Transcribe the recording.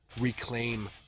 Reclaim